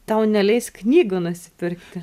tau neleis knygų nusipirkti